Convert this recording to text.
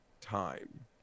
time